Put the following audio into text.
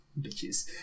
bitches